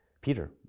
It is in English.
Peter